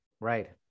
Right